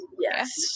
yes